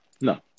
No